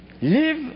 Live